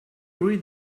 read